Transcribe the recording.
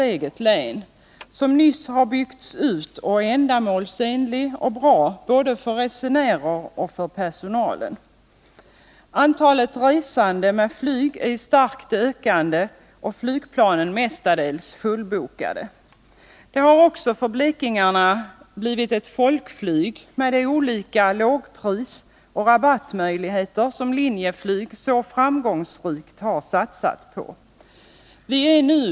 Flygplatsen har nyligen byggts ut, och den är ändamålsenlig och bra för både resenärer och personal. Antalet resande med flyg är i starkt ökande, och flygplanen är mestadels fullbokade. Det har för blekingarna blivit ett folkflyg tack vare de olika lågprisoch rabattmöjligheter som finns och som blivit en för Linjeflyg så framgångsrik satsning.